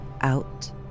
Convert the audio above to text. out